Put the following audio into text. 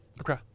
Okay